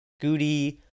Goody